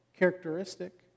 Characteristic